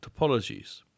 topologies